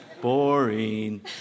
Boring